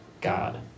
God